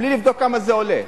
בלי לבדוק כמה זה עולה,